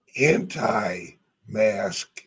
anti-mask